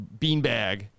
beanbag